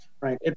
right